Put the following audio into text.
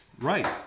Right